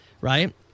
right